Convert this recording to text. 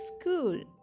school